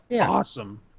awesome